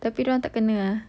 tapi dia orang tak kenal ah